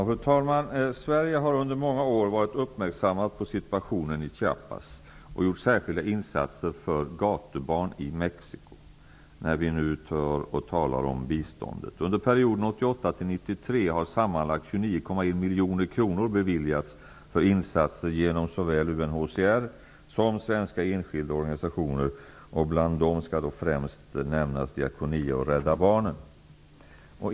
Fru talman! Sverige har under många år uppmärksammat situationen i Chiapas och gjort särskilda insatser för gatubarn i Mexico. När det gäller biståndet kan jag nämna att under perioden 1988--1993 har sammanlagt 29,1 miljoner kronor beviljats för insatser genom såväl UNHCR som svenska enskilda organisationer. Bland dessa skall främst nämnas Diakoni och Rädda Barnen.